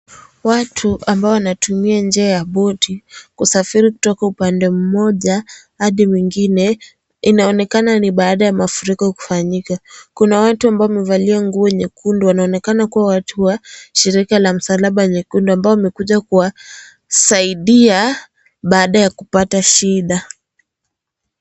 Watu ambao wanatumia njia ya boti kusafiri kutoka upande mmoja hadi mwingine, inaonekana ni baada ya mafuriko kufanyika. Kuna watu ambao wamevalia nguo nyekundu wanaonekana kuwa na shirika la msalaba nyekundu ambao wamekuja kuwa saidia, baada ya kupata shida.